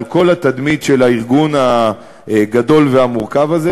על כל התדמית של הארגון הגדול והמורכב הזה.